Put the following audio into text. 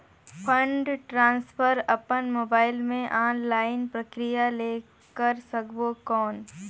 Fund transfer अपन mobile मे online प्रक्रिया ले कर सकबो कौन?